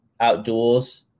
outduels